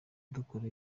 dukora